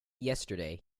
yesterday